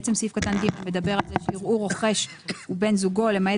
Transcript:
בעצם סעיף קטן (ג) מדבר על זה שאם הוא רוכש או בן זוגו למעט